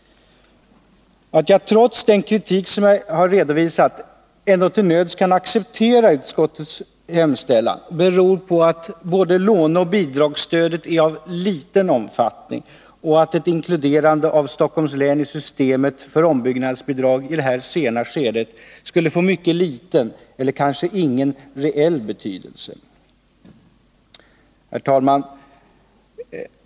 Att jag trots den kritik jag här redovisat ändå till nöds kan acceptera utskottets hemställan beror på att både låneoch bidragsstödet är av liten omfattning och att ett inkluderande av Stockholms län i systemet för ombyggnadsbidrag i detta sena skede skulle få mycket liten eller kanske ingen reell betydelse. Herr talman!